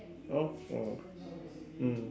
oh oh mm